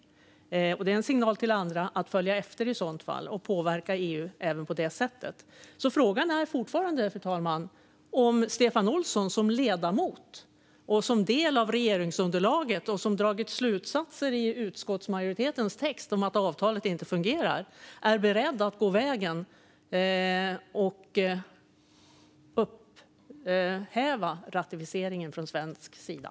Det är i så fall en signal till andra att följa efter och påverka EU även på det sättet. Fru talman! Frågan är fortfarande om Stefan Olsson som ledamot och som del av regeringsunderlaget som har dragit slutsatser i utskottsmajoritetens text att avtalet inte fungerar är beredd att gå vägen att upphäva ratificeringen från svensk sida.